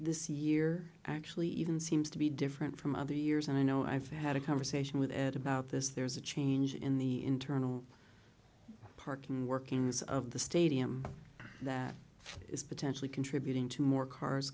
this year actually even seems to be different from other years and i know i've had a conversation with ed about this there's a change in the internal parking workings of the stadium that is potentially contributing to more cars